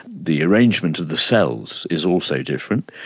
the arrangement of the cells is also different.